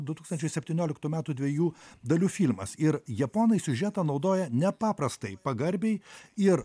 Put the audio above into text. du tūkstančiai septynioliktų metų dviejų dalių filmas ir japonai siužetą naudoja nepaprastai pagarbiai ir